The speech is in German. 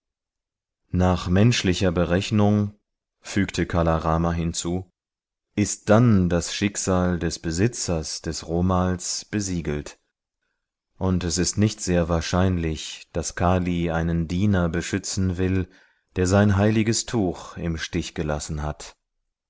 nach menschlicher berechnung fügte kala rama hinzu ist dann das schicksal des besitzers des romals besiegelt und es ist nicht sehr wahrscheinlich daß kali einen diener beschützen will der sein heiliges tuch im stich gelassen hat